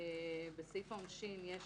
בסעיף העונשין יש